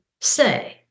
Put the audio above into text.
say